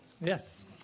yes